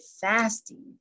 fasting